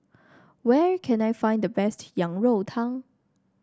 where can I find the best Yang Rou Tang